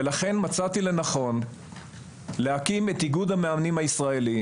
ולכן מצאתי לנכון להקים את איגוד המאמנים הישראלי.